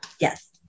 Yes